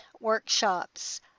workshops